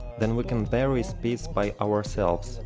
then we can vary speeds by ourselves.